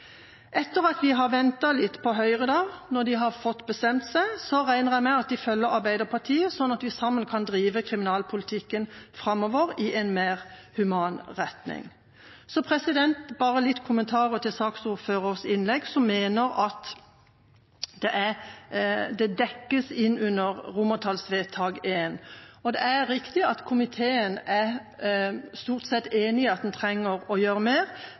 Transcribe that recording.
Etter at vi da har ventet litt på Høyre, når de har fått bestemt seg, regner jeg med at de følger Arbeiderpartiet, sånn at vi sammen kan drive kriminalpolitikken framover i en mer human retning. Så bare noen kommentarer til saksordførers innlegg, som mener dette dekkes under romertallsvedtak I: Det er riktig at komiteen stort sett er enig i at en trenger å gjøre mer,